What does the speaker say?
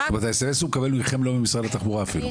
אבל את הסמס הוא מקבל ממכם לא ממשרד התחבורה אפילו?